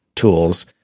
tools